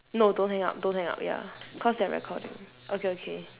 no don't hang up don't hang up ya because they're recording okay okay